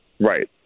Right